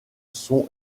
son